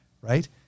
right